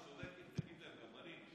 ושלחתי גם בקשה בכתב לשר החוץ וגם לסגנו.